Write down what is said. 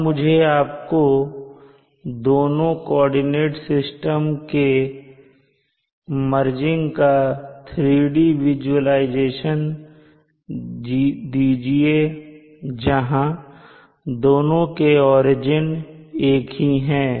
अब मुझे आपको दोनों कोऑर्डिनेट सिस्टम के मर्जिंग का 3D विजुलाइजेशन देने दीजिए जहां दोनों के ओरिजिन एक ही हैं